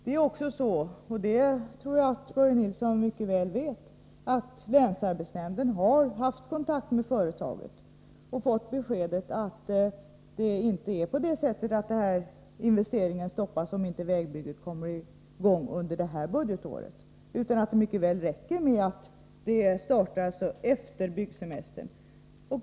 Det är också så — vilket jag tror att Börje Nilsson mycket väl vet — att länsarbetsnämnden har haft kontakt med företaget och fått beskedet att det inte är på det sättet att den här investeringen stoppas om inte vägbygget kommer i gång under det här budgetåret. Det räcker mycket väl med att det startas efter byggsemestern.